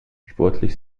sportlich